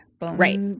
Right